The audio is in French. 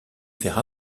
faire